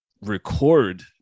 record